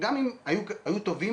וגם אם הם היו טובים